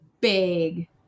big